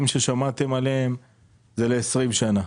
המספרים ששמעתם הם ל-20 שנה.